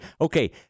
okay